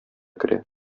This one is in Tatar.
керә